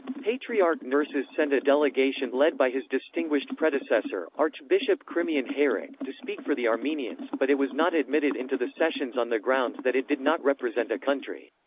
patriarch nerses sent a delegation led by his distinguished predecessor, archbishop khrimian hayrik, to speak for the armenians, but it was not admitted into the sessions on the grounds that it did not represent a country.